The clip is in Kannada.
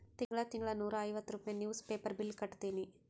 ತಿಂಗಳಾ ತಿಂಗಳಾ ನೂರಾ ಐವತ್ತ ರೂಪೆ ನಿವ್ಸ್ ಪೇಪರ್ ಬಿಲ್ ಕಟ್ಟತ್ತಿನಿ